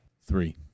Three